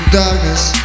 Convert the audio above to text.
darkness